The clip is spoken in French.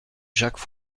jacques